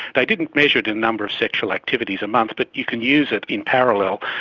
they didn't measure it in number of sexual activities a months but you can use it in parallel.